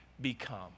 become